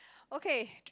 okay